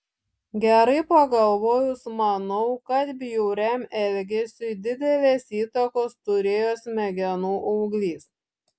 gerai pagalvojus manau kad bjauriam elgesiui didelės įtakos turėjo smegenų auglys